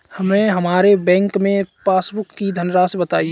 हमें हमारे बैंक की पासबुक की धन राशि बताइए